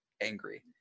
angry